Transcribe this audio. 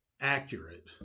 accurate